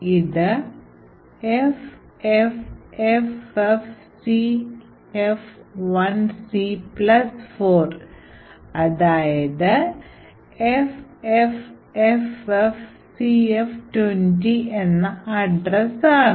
ഇത് FFFFCF1C plus 4 FFFFCF20 എന്ന address ആണ്